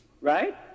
right